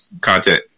content